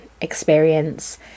experience